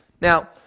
Now